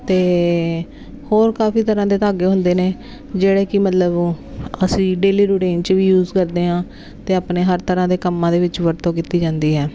ਅਤੇ ਹੋਰ ਕਾਫੀ ਤਰ੍ਹਾਂ ਦੇ ਧਾਗੇ ਹੁੰਦੇ ਨੇ ਜਿਹੜੇ ਕਿ ਮਤਲਬ ਅਸੀਂ ਡੇਲੀ ਰੂਟੀਨ 'ਚ ਵੀ ਯੂਜ ਕਰਦੇ ਹਾਂ ਅਤੇ ਆਪਣੇ ਹਰ ਤਰ੍ਹਾਂ ਦੇ ਕੰਮਾਂ ਦੇ ਵਿੱਚ ਵਰਤੋਂ ਕੀਤੀ ਜਾਂਦੀ ਆ